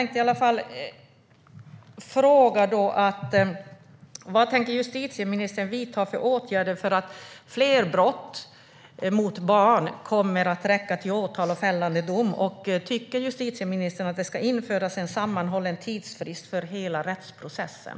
Vad tänker justitieministern vidta för åtgärder för att bevisningen av fler brott mot barn ska räcka till åtal och fällande dom? Och tycker justitieministern att det ska införas en sammanhållen tidsfrist för hela rättsprocessen?